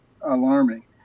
alarming